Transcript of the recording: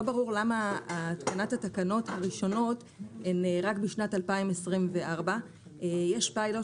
לא ברור למה התקנת התקנות הראשונות הן רק בשנת 2024. יש פיילוט